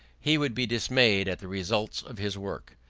he would be dismayed at the result of his work.